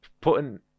putting